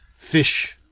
fish,